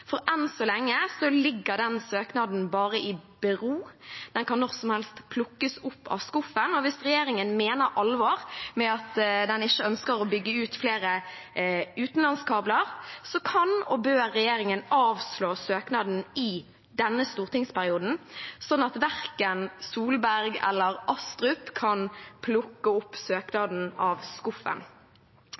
For enn så lenge ligger den søknaden bare i bero. Den kan når som helst plukkes opp av skuffen, og hvis regjeringen mener alvor med at den ikke ønsker å bygge ut flere utenlandskabler, kan og bør regjeringen avslå søknaden i denne stortingsperioden, sånn at hverken Solberg eller Astrup kan plukke søknaden opp fra skuffen.